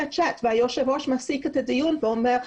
הצ'ט והיושב ראש מפסיד את הדיון ואומר,